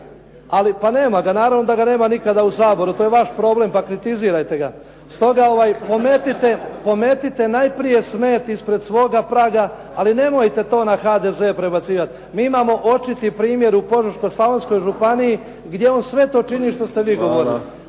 pa nema ga, naravno da ga nema nikada u Saboru, to je vaš problem pa kritizirajte ga. Stoga pometite najprije smet ispred svoga praga, ali nemojte to na HDZ prebacivat. Mi imamo očiti primjer u Požeško-slavonskoj županiji gdje on sve to čini što ste vi govorili.